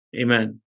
amen